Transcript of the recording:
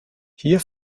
hier